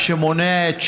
מה שמונע את שחרורה.